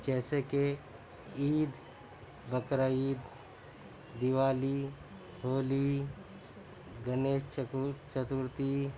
جیسے کہ عید بقر عید دیوالی ہولی گنیش چتور چترتی